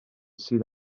sydd